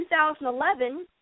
2011